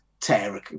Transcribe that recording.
tear